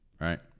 right